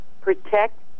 Protect